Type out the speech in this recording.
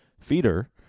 feeder